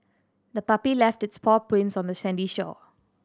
the puppy left its paw prints on the sandy shore